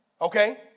Okay